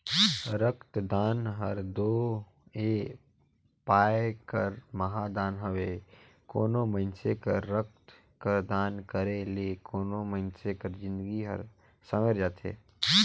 रकतदान हर दो ए पाए कर महादान हवे कोनो मइनसे कर रकत कर दान करे ले कोनो मइनसे कर जिनगी हर संवेर जाथे